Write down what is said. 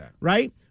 right